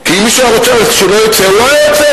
כי אם מישהו היה רוצה שלא יצא, הוא לא היה יוצא,